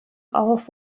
auf